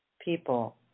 people